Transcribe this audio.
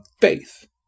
faith